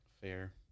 Fair